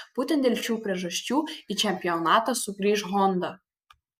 būtent dėl šių priežasčių į čempionatą sugrįš honda